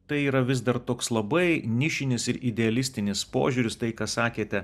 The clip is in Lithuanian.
tai yra vis dar toks labai nišinis ir idealistinis požiūris tai ką sakėte